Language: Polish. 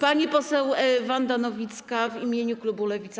Pani poseł Wanda Nowicka w imieniu klubu Lewica.